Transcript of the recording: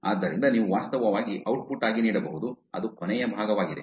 ಆದ್ದರಿಂದ ನೀವು ವಾಸ್ತವವಾಗಿ ಔಟ್ಪುಟ್ ಆಗಿ ನೀಡಬಹುದು ಅದು ಕೊನೆಯ ಭಾಗವಾಗಿದೆ